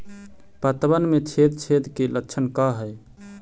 पतबन में छेद छेद के लक्षण का हइ?